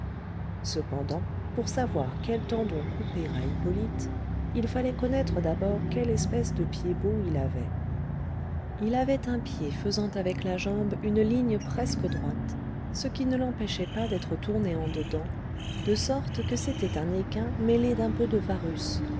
cependant pour savoir quel tendon couper à hippolyte il fallait connaître d'abord quelle espèce de pied-bot il avait il avait un pied faisant avec la jambe une ligne presque droite ce qui ne l'empêchait pas d'être tourné en dedans de sorte que c'était un équin mêlé d'un peu de varus